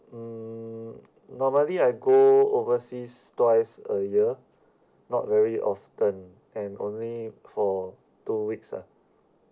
mm normally I go overseas twice a year not very often and only for two weeks ah